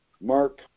Mark